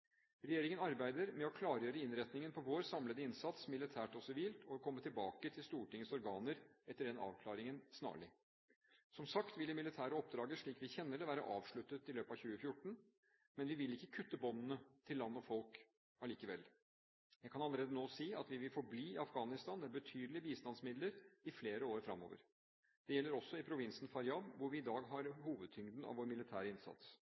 Regjeringen arbeider med å klargjøre innretningen på vår samlede innsats, militært og sivilt, og vi vil komme tilbake til Stortingets organer etter den avklaringen snarlig. Som sagt vil det militære oppdraget, slik vi kjenner det, være avsluttet i løpet av 2014. Men vi vil ikke kutte båndene til land og folk allikevel. Jeg kan allerede nå si at vi vil forbli i Afghanistan med betydelige bistandsmidler i flere år fremover. Det gjelder også i provinsen Faryab, hvor vi i dag har hovedtyngden av vår militære